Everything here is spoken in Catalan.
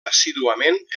assíduament